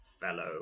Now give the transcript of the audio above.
fellow